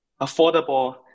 affordable